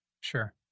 Sure